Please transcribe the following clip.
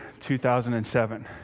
2007